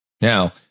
Now